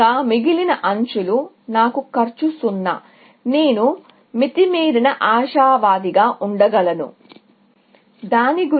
మిగిలిన ఎడ్జ్ లు నాకు కాస్ట్ 0 నేను మితిమీరిన ఆశావాదిగా ఉండగలను దాని గురించి